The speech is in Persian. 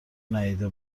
ندیده